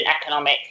economic